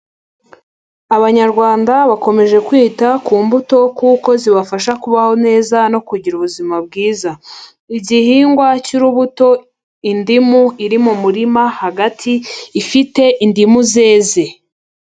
Abanyarwanda bakomeje kwita ku mbuto kuko zibafasha kubaho neza no kugira ubuzima bwiza. Igihingwa cy'urubuto, indimu iri mu murima hagati ifite indimu zeze.